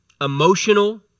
emotional